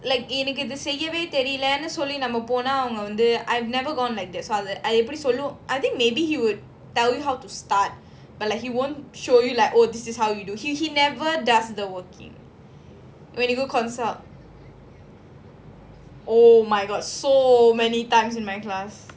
like எனக்குஇதுசெய்யவேதெரியலனுசொல்லிநம்மபோனா:enaku idhu seyyave theriyalanu solli namma pona I've never gone like அதஎப்படிசொல்வோம்:adha epdi solvom I think maybe he would tell you how to start but like he won't show you like oh this is how you do he never does the working when you go consult oh my god so many times in my class